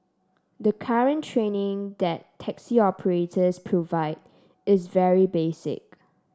the current training that taxi operators provide is very basic